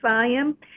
volume